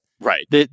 Right